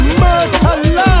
murder